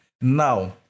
Now